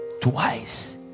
twice